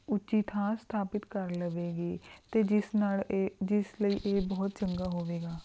ਉੱਚੀ ਥਾਂ ਸਥਾਪਿਤ ਕਰ ਲਵੇਗੀ ਅਤੇ ਜਿਸ ਨਾਲ ਇਹ ਜਿਸ ਲਈ ਇਹ ਬਹੁਤ ਚੰਗਾ ਹੋਵੇਗਾ